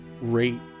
rate